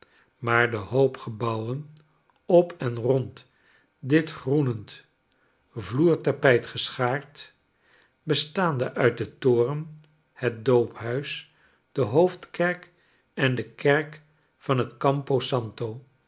maar de hoop gebouwen op en rond dit groenend vloertapijt geschaard bestaande uit den toren het doophuis de hoofdkerk en de kerk van het campo santo